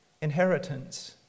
inheritance